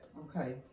Okay